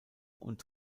und